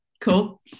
cool